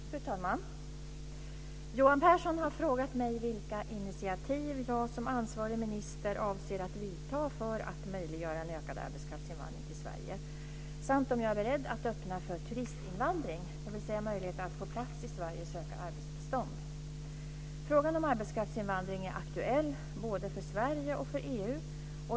Fru talman! Johan Pehrson har frågat mig vilka initiativ jag som ansvarig minister avser att vidta för att möjliggöra en ökad arbetskraftsinvandring till Sverige samt om jag är beredd att öppna för turistinvandring, dvs. möjlighet att på plats i Sverige söka arbetstillstånd. Frågan om arbetskraftsinvandring är aktuell både för Sverige och för EU.